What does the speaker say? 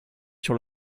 sur